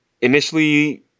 initially